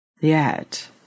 Yet